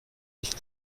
nicht